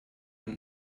und